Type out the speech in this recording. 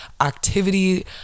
activity